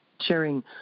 sharing